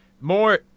More